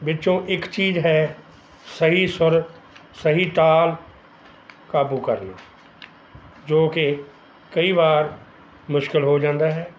ਵਿੱਚੋਂ ਇੱਕ ਚੀਜ਼ ਹੈ ਸਹੀ ਸੁਰ ਸਹੀ ਤਾਲ ਕਾਬੂ ਕਰਨਾ ਜੋ ਕਿ ਕਈ ਵਾਰ ਮੁਸ਼ਕਿਲ ਹੋ ਜਾਂਦਾ ਹੈ